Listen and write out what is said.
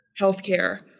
healthcare